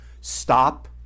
stop